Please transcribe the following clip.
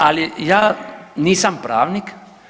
Ali ja nisam pravnik.